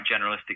generalistic